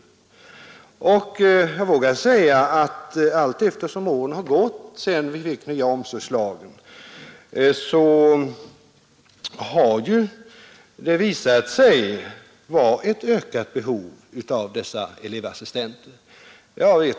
Allteftersom åren gått sedan vi fick den nya omsorgslagen har det också visat sig att det finns ett ökande behov av dessa elevassistenter.